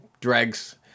Dregs